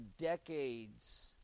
decades